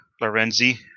Lorenzi